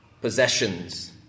possessions